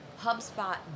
HubSpot